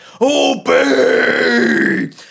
Obey